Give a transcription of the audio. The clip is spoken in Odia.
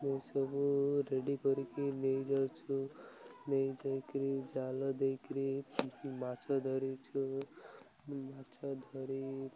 ଏସବୁ ରେଡି କରିକି ନେଇ ଯାଉଛୁ ନେଇଯାଇକରି ଜାଲ ଦେଇକିରି ମାଛ ଧରିଛୁ ମାଛ ଧରି